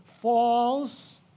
falls